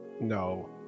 No